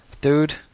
dude